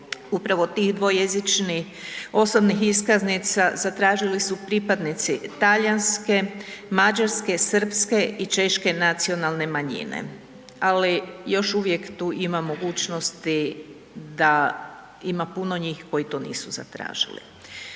upravo tih dvojezičnih osobnih iskaznica, zatražili su pripadnici talijanske, mađarske, srpske i češke nacionalne manjine, ali još uvijek tu ima mogućnosti da ima puno njih koji to nisu zatražili.